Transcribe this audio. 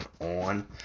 on